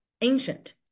ancient